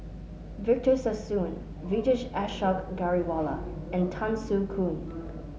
Victor Sassoon Vijesh Ashok Ghariwala and Tan Soo Khoon